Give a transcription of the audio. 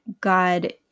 God